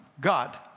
God